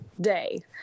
day